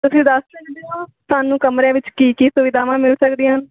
ਤੁਸੀਂ ਦੱਸ ਸਕਦੇ ਹੋ ਸਾਨੂੰ ਕਮਰਿਆਂ ਵਿੱਚ ਕੀ ਕੀ ਸੁਵਿਧਾਵਾਂ ਮਿਲ ਸਕਦੀਆਂ ਹਨ